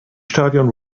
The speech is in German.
stadion